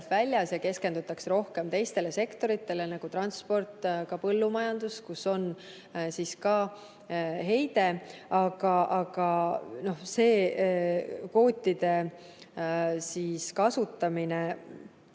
välja ja keskendutakse rohkem teistele sektoritele, nagu transport, ka põllumajandus, kus on ka heidet. Aga see kvootide kasutamine,